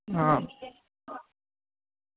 हां